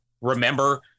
remember